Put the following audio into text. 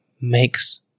makes